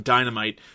Dynamite